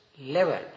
level